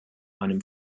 einem